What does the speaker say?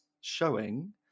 showing